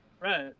Right